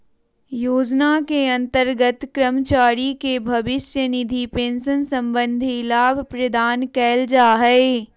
योजना के अंतर्गत कर्मचारी के भविष्य निधि पेंशन संबंधी लाभ प्रदान कइल जा हइ